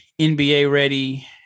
NBA-ready